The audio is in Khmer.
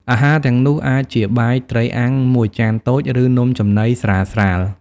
អាហារទាំងនោះអាចជាបាយត្រីអាំងមួយចានតូច ឬនំចំណីស្រាលៗ។